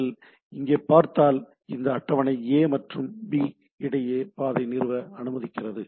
நீங்கள் இங்கே பார்த்தால் இந்த அட்டவணை ஏ மற்றும் பி இடையே பாதையை நிறுவ அனுமதிக்கிறது